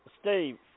Steve